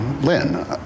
Lynn